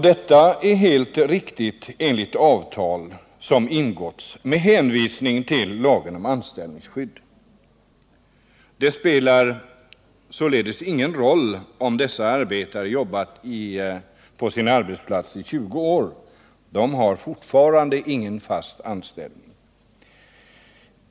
Detta är helt riktigt enligt avtal som ingåtts på basis av lagen om anställningsskydd. Det spelar således ingen roll, om dessa arbetare har arbetat på sin arbetsplats i 20 år — de har fortfarande ingen fast anställning.